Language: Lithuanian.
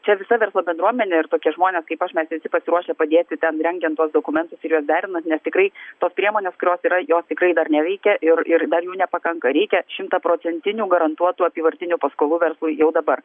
čia visa verslo bendruomenė ir tokie žmonės kaip aš mes visi pasiruošę padėti ten rengiant tuos dokumentus ir juos derinant nes tikrai tos priemonės kurios yra jos tikrai dar neveikia ir ir dar jų nepakanka reikia šimtaprocentinių garantuotų apyvartinių paskolų verslui jau dabar